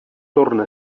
torna